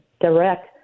direct